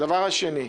הדבר השני,